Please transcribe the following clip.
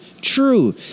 true